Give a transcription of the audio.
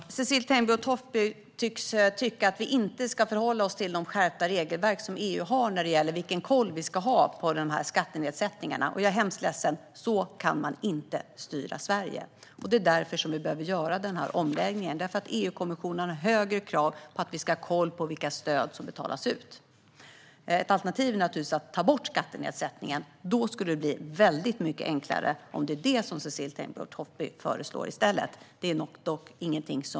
Fru talman! Cecilie Tenfjord-Toftby verkar tycka att vi inte ska hålla oss till EU:s skärpta regelverk när det gäller vilken koll vi ska ha på skattenedsättningarna. Jag är hemskt ledsen, men så kan man inte styra Sverige. Vi behöver göra denna omläggning, eftersom EU-kommissionen har högre krav på att vi ska ha koll på vilka stöd som betalas ut. Ett alternativ är naturligtvis att ta bort skattenedsättningen - då skulle det bli väldigt mycket enklare - om det är det som Cecilie Tenfjord-Toftby föreslår i stället.